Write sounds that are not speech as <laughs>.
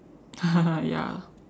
<laughs> ya